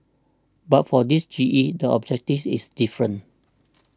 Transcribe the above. but for this G E the objective is different